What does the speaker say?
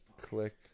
Click